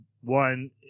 one